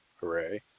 Hooray